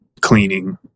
cleaning